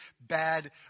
bad